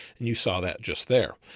and you saw that just there.